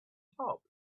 top